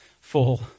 full